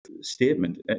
statement